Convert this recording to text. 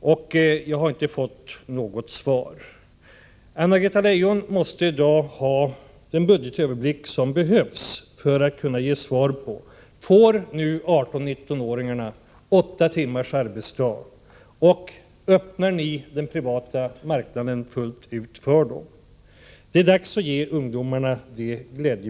och jag har inte fått något svar. Anna-Greta Leijon måste i dag ha den budgetöverblick som behövs för att kunna ge svar på frågan: Får nu 18-19-åringarna åtta timmars arbetsdag, och öppnar ni den privata marknaden fullt ut för dem? Det är dags att ge ungdomarna det glädjebudet.